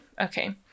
Okay